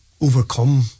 overcome